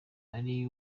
ari